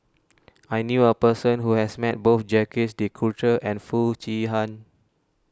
I knew a person who has met both Jacques De Coutre and Foo Chee Han